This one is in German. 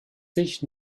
sich